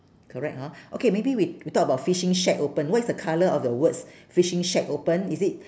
correct hor okay maybe we we talk about fishing shack open what is the colour of the words fishing shack open is it